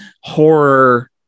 horror